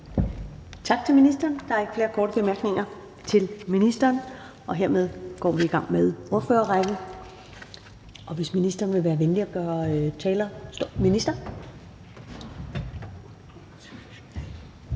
Tak til ministeren. Der er ikke flere korte bemærkninger til ministeren, og hermed går vi i gang med ordførerrækken. Vil ministeren være venlig at gøre talerstolen klar?